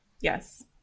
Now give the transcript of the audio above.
Yes